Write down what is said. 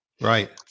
Right